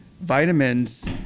vitamins